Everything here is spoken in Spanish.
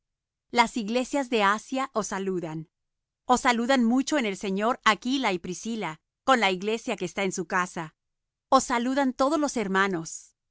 las iglesias de asia os saludan os saludan mucho en el señor aquila y priscila con la iglesia que está en su casa os saludan todos los hermanos